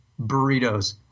burritos